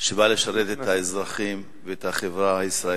שבא לשרת את האזרחים ואת החברה הישראלית.